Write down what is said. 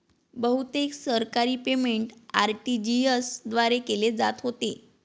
बहुतेक सरकारी payment RTGS द्वारे केले जात होते